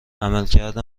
عملکرد